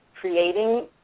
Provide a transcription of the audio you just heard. creating